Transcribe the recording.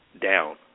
down